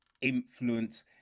influence